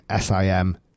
sim